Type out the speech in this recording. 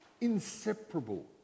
inseparable